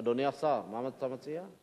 אדוני השר, מה אתה מציע?